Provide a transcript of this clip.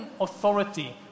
authority